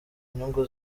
nyungu